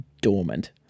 dormant